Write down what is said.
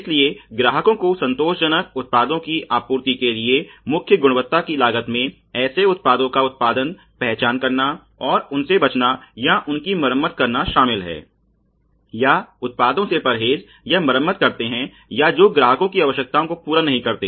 इसलिए ग्राहकों को संतोषजनक उत्पादों की आपूर्ति के लिए मुख्य गुणवत्ता की लागत में ऐसे उत्पादों का उत्पादन पहचान करना और उनसे बचना या उनकी मरम्मत करना शामिल है या उत्पादों से परहेज या मरम्मत करते हैं या जो ग्राहकों की आवश्यकताओं को पूरा नहीं करते